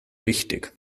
wichtig